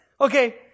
okay